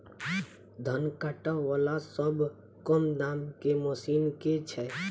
धान काटा वला सबसँ कम दाम केँ मशीन केँ छैय?